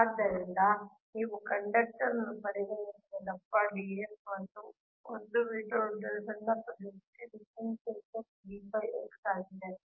ಆದ್ದರಿಂದ ನೀವು ಕಂಡಕ್ಟರ್ ಅನ್ನು ಪರಿಗಣಿಸುವ ದಪ್ಪ d x ಮತ್ತು 1 ಮೀಟರ್ ಉದ್ದದ ಸಣ್ಣ ಪ್ರದೇಶಕ್ಕೆ ಡಿಫರೆನ್ಷಿಯಲ್ ಫ್ಲಕ್ಸ್ ಆಗಿದೆ